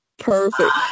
Perfect